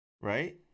right